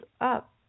up